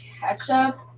ketchup